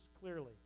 clearly